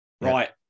Right